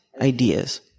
ideas